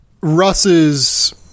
Russ's